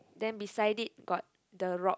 then beside it got the rock